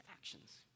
actions